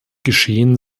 geschehen